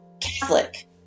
Catholic